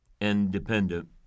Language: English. independent